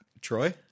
Troy